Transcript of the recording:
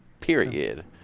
Period